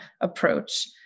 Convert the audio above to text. approach